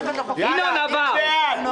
ינון, זה עבר.